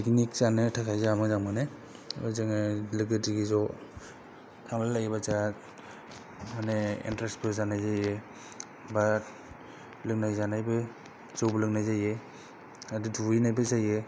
picnic जानो थांनो थाखाय जोंहा मोजां मोनो जोङो लोगो दिगि ज' थांलाय लायोबा जोंहा माने इन्टारेस्टबो जानाय जायो एबा लोंनाय जानायबो जौबो लोंनाय जायो आरो दुगैनायबो जायो